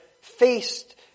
faced